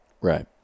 Right